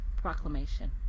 proclamation